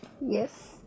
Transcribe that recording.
Yes